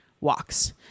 walks